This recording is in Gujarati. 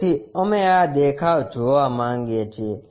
તેથી અમે આ દેખાવ જોવા માંગીએ છીએ